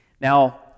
Now